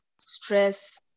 stress